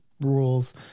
rules